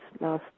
last